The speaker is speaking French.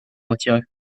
retirer